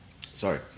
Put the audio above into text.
Sorry